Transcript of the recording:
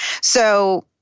So-